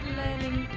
learning